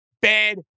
bad